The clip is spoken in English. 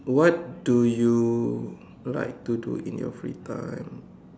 what do you like to do in your free time